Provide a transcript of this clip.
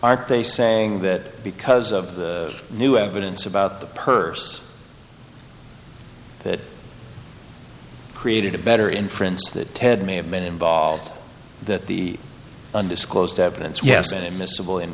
are they saying that because of the new evidence about the purse that created a better inference that ted may have been involved that the undisclosed evidence yes and immiscible in